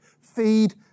feed